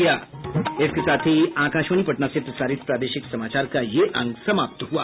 इसके साथ ही आकाशवाणी पटना से प्रसारित प्रादेशिक समाचार का ये अंक समाप्त हुआ